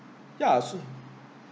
ya soon